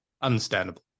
understandable